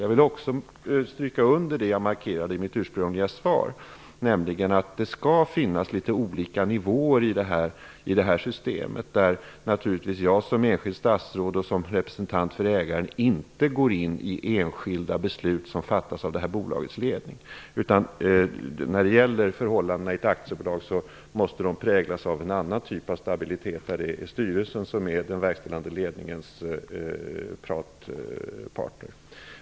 Jag vill stryka under vad jag markerade i mitt ursprungliga svar, nämligen att det skall finnas litet olika nivåer i det här systemet. Jag som enskilt statsråd och som representant för ägaren kan inte gå in på enskilda beslut som fattas av det här bolagets ledning. Förhållandena i ett aktiebolag måste präglas av en annan stabilitet där styrelsen är den verkställande ledningens samtalspartner.